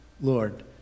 Lord